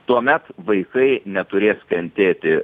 tuomet vaikai neturės kentėti